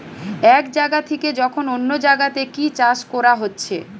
এক জাগা থিকে যখন অন্য জাগাতে কি চাষ কোরা হচ্ছে